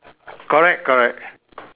correct correct